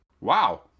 wow